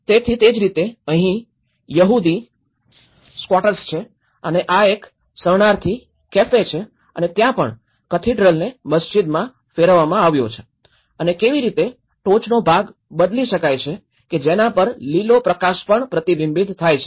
તેથી તે જ રીતે અહીં યહૂદી સ્કઓટર્સ છે અને આ એક શરણાર્થી કેફે છે અને ત્યાં પણ કેથેડ્રલને મસ્જિદમાં ફેરવવામાં આવ્યો છે અને કેવી રીતે ટોચનો ભાગ બદલી શકાય છે કે જેના પર લીલો પ્રકાશ પણ પ્રતિબિંબિત થાય છે